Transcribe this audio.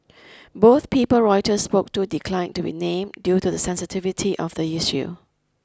both people Reuters spoke to declined to be named due to the sensitivity of the issue